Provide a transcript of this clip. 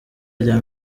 rya